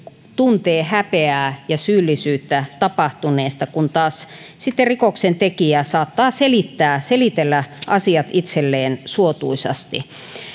tuntee häpeää ja syyllisyyttä tapahtuneesta kun taas sitten rikoksentekijä saattaa selitellä asiat itselleen suotuisasti